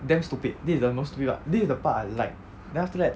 damn stupid this is the most stupid part this is the part I like then after that